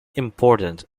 important